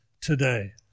today